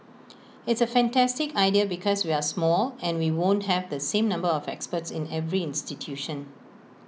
it's A fantastic idea because we're small and we won't have the same number of experts in every institution